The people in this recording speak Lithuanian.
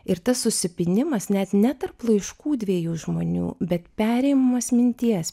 ir tas susipynimas net ne tarp laiškų dviejų žmonių bet perėjimas minties